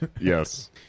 Yes